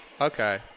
okay